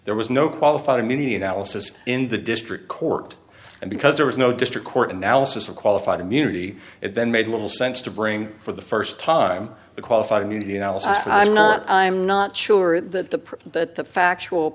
there was no qualified immunity analysis in the district court and because there was no district court analysis of qualified immunity it then made little sense to bring for the first time the qualified immunity you know i'm not i'm not sure that the factual